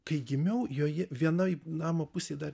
kai gimiau joje vienoj namo pusėj dar